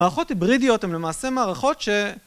מערכות היברידיות הן למעשה מערכות ש...